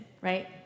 right